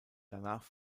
danach